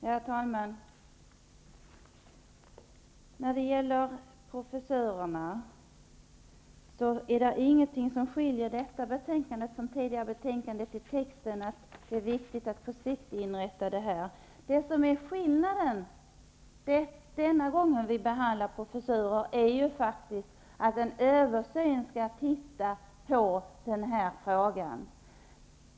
Herr talman! När det gäller dessa professurer är det ingenting som skiljer detta betänkande från tidigare betänkanden i fråga om texten. Det står att det är viktigt att på sikt inrätta dem. Vad som är skillnaden denna gång är faktiskt att en översyn skall göras i den här frågan.